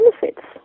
benefits